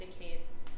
indicates